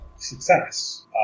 success